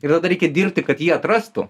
ir tada reikia dirbti kad jį atrastų